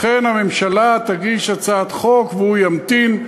לכן הממשלה תגיש הצעת חוק והוא ימתין.